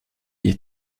est